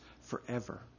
forever